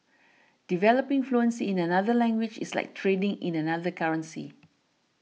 developing fluency in another language is like trading in another currency